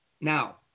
now